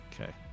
Okay